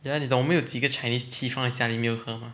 ya 你懂我们有几个 chinese tea 放在家里没有喝吗